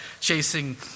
chasing